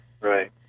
Right